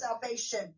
salvation